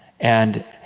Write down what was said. and.